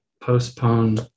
postpone